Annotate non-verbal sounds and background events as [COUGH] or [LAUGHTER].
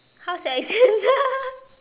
how sia it's censor [LAUGHS]